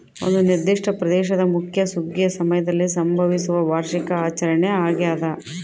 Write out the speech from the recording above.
ಒಂದು ನಿರ್ದಿಷ್ಟ ಪ್ರದೇಶದ ಮುಖ್ಯ ಸುಗ್ಗಿಯ ಸಮಯದಲ್ಲಿ ಸಂಭವಿಸುವ ವಾರ್ಷಿಕ ಆಚರಣೆ ಆಗ್ಯಾದ